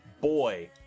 boy